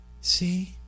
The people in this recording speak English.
see